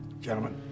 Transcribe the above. gentlemen